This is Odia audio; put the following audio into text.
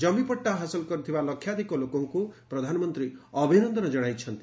ଜମିପଟ୍ଟା ହାସଲ କରିଥିବା ଲକ୍ଷାଧିକ ଲୋକଙ୍କୁ ପ୍ରଧାନମନ୍ତ୍ରୀ ଅଭିନନ୍ଦନ ଜଣାଇଛନ୍ତି